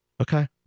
Okay